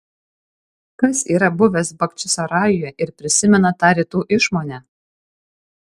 kas yra buvęs bachčisarajuje ir prisimena tą rytų išmonę